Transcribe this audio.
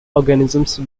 organisms